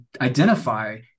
identify